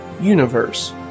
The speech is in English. universe